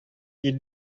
ils